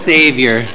Savior